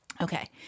Okay